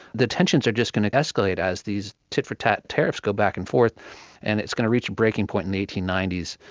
the tensions are just going to escalate as these tit-for-tat tariffs go back and forth and it's going to reach breaking point in the eighteen ninety s,